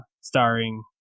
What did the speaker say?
starring